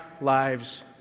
Lives